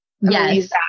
Yes